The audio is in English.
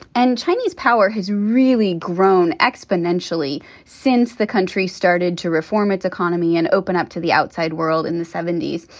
and chinese power has really grown exponentially since the country started to reform its economy and open up to the outside world in the seventy s.